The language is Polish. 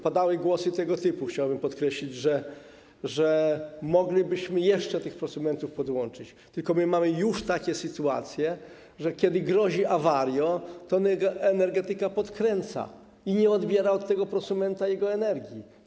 Padały tu głosy tego typu, chciałbym podkreślić, że moglibyśmy jeszcze tych prosumentów podłączyć, tylko mamy już takie sytuacje, że kiedy grozi awarią, to energetyka podkręca i nie odbiera od tego prosumenta jego energii.